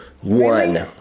One